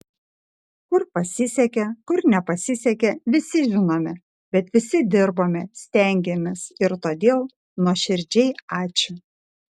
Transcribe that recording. kur pasisekė kur nepasisekė visi žinome bet visi dirbome stengėmės ir todėl nuoširdžiai ačiū